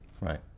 Right